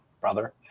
brother